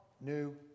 New